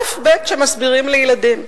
אלף-בית שמסבירים לילדים.